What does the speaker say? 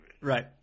Right